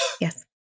Yes